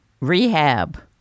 rehab